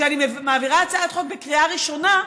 כשאני מעבירה הצעת חוק בקריאה ראשונה,